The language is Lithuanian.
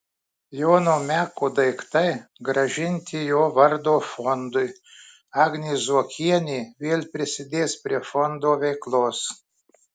jono meko daiktai grąžinti jo vardo fondui agnė zuokienė vėl prisidės prie fondo veiklos